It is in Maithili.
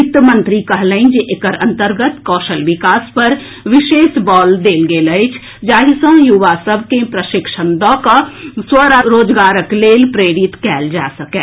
वित्त मंत्री कहलनि जे एकर अंतर्गत कौशल विकास पर विशेष बल देल गेल अछि जाहि सॅ युवा सभ के प्रशिक्षण दऽकऽ स्वरोजगारक लेल प्रेरित कएल जा सकए